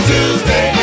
Tuesday